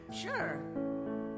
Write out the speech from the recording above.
sure